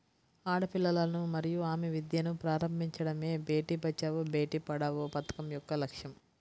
ఆడపిల్లలను మరియు ఆమె విద్యను ప్రారంభించడమే బేటీ బచావో బేటి పడావో పథకం యొక్క లక్ష్యం